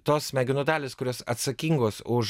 tos smegenų dalys kurios atsakingos už